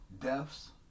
deaths